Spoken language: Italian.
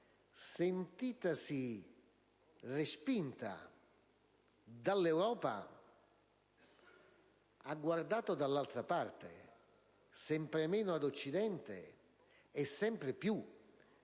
la Turchia, sentitasi respinta dall'Europa, ha guardato dall'altra parte, sempre meno a Occidente e in